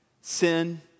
Sin